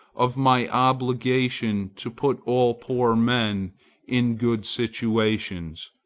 of my obligation to put all poor men in good situations.